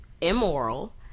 immoral